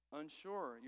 unsure